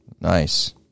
Nice